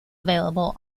available